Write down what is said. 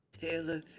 Taylor